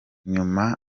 nyuma